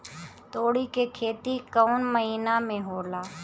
तोड़ी के खेती कउन महीना में होला?